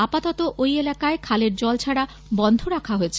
আপাতত ঐ এলাকায় ক্যানেলের জল ছাড়া বন্ধ রাখা হয়েছে